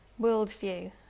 worldview